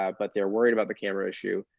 ah but they're worried about the camera issue.